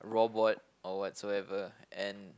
robot or whatsoever and